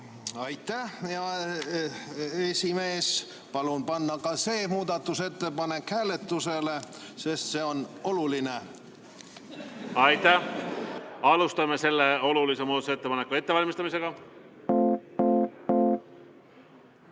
Aitäh, hea esimees! Palun panna ka see muudatusettepanek hääletusele, sest see on oluline. (Naer saalis.) Aitäh! Alustame selle olulise muudatusettepaneku ettevalmistamist.